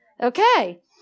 Okay